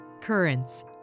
Currents